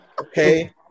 okay